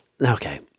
okay